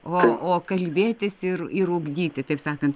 o o kalbėtis ir ir ugdyti taip sakant